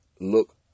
look